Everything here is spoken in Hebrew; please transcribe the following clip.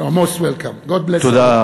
you are most welcome, God bless you.